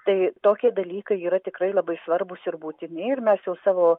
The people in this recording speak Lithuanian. tai tokie dalykai yra tikrai labai svarbūs ir būtini ir mes jau savo